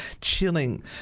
chilling